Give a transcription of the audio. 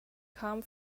come